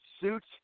suits